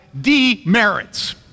demerits